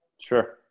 Sure